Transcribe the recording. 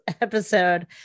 episode